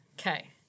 Okay